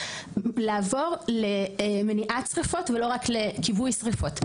לעבור למניעת שריפות ולא רק לכיבוי שריפות.